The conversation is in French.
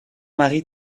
marie